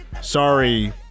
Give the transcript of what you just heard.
Sorry